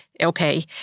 okay